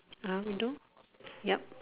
uh we don't yup